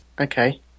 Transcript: Okay